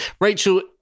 Rachel